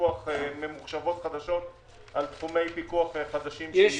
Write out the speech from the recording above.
פיקוח ממוחשבות חדשות על תחומי פיקוח חדשים.